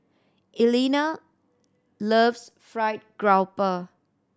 Elna loves fried grouper